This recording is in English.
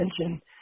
attention